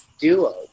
duo